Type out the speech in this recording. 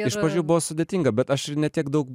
iš pradžių buvo sudėtinga bet aš ir ne tiek daug